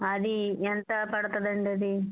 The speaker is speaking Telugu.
అది ఎంత పడుతుందండి అది